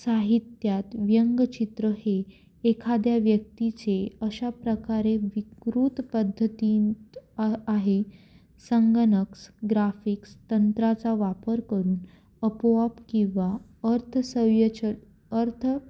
साहित्यात व्यंगचित्र हे एखाद्या व्यक्तीचे अशा प्रकारे विकृत पद्धतींत आहे संगनक्स ग्राफिक्स तंत्राचा वापर करून अपोआप किंवा अर्थसयचल अर्थ